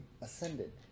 Ascended